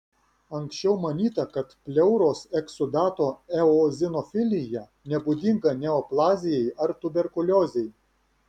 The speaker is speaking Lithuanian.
anksčiau manyta kad pleuros eksudato eozinofilija nebūdinga neoplazijai ar tuberkuliozei